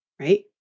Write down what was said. right